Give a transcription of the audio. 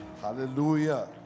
Hallelujah